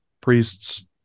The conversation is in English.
priests